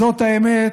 זאת האמת.